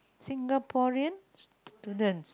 Singaporean students